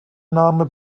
name